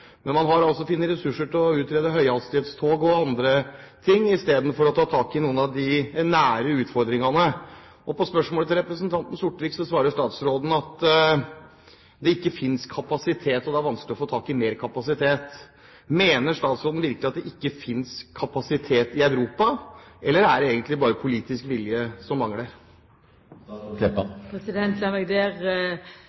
å utrede høyhastighetstog og andre ting, i stedet for å ta tak i noen av de nære utfordringene. På spørsmålet fra representanten Sortevik svarer statsråden at det ikke finnes kapasitet, og at det er vanskelig å få tak i mer kapasitet. Mener statsråden virkelig at det ikke finnes kapasitet i Europa, eller er det egentlig bare politisk vilje som mangler?